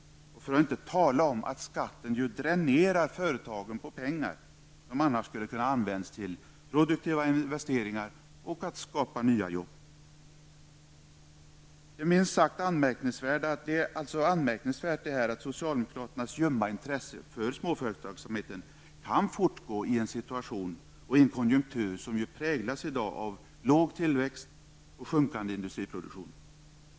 För att inte tala om att skatten dränerar företagen på pengar som annars skulle kunna användas till produktiva investeringar och till att skapa nya jobb. Det är minst sagt anmärkningsvärt att socialdemokraternas ljumma intresse för småföretagsamhet kan fortgå i en situation och i en konjunktur som i dag präglas av låg tillväxt och sjunkande industriproduktion.